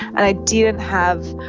and i didn't have,